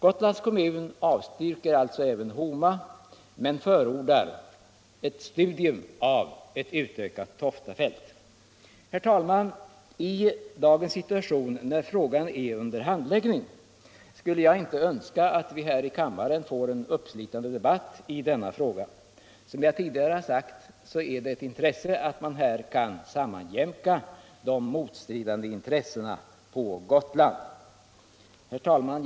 Gotlands kommun avstyrker alltså Homaalternativet men förordar ett studium av ett utökat Toftafält. I dagens situation när frågan är under handläggning skulle jag önska att vi här i kammaren inte får en uppslitande debatt i denna fråga. Som jag tidigare sagt är det av vikt att man här kan sammanjämka de motstridiga intressena på Gotland. Herr talman!